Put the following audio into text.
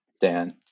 Dan